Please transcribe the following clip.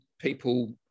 people